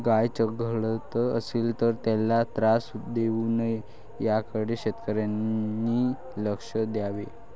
गाय चघळत असेल तर त्याला त्रास देऊ नये याकडे शेतकऱ्यांनी लक्ष द्यावे